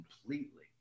completely